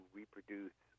reproduce